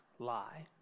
lie